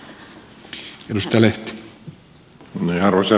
arvoisa herra puhemies